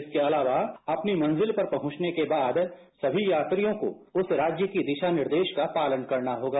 इसके अलावा अपनी मंजिल पर पहुंचने के बाद सभी यात्रियों को उस राज्य के दिशा निर्देश का पालन करना होगा